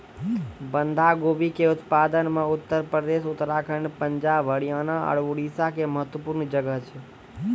बंधा गोभी के उत्पादन मे उत्तर प्रदेश, उत्तराखण्ड, पंजाब, हरियाणा आरु उड़ीसा के महत्वपूर्ण जगह छै